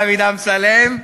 דוד אמסלם,